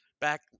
back